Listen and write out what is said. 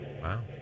Wow